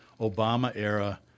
Obama-era